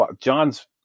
John's